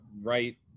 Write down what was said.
right